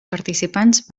participants